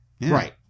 right